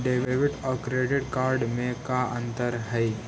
Debit और credit card में का अंतर हइ?